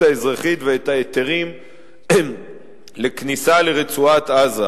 האזרחית ואת ההיתרים לכניסה לרצועת-עזה.